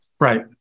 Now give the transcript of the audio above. Right